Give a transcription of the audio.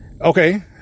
okay